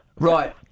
Right